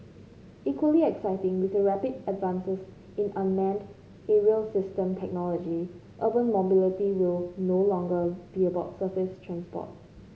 equally exciting with the rapid advances in unmanned aerial system technology urban mobility will no longer be about surface transport